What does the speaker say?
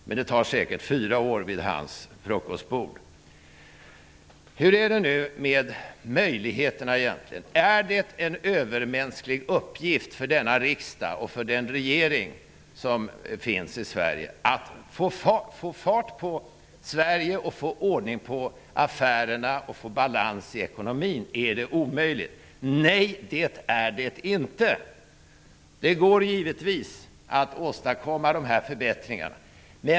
Men det kommer säkert att ta fyra år vid hans frukostbord. Är det en övermänsklig uppgift för denna riksdag och för den regering som finns i Sverige att få fart på Sverige, få ordning på affärerna och balans i ekonomin? Är det omöjligt? Nej, det är det inte. Det går givetvis att åstadkomma de här förbättringarna.